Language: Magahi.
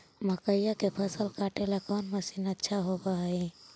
मकइया के फसल काटेला कौन मशीन अच्छा होव हई?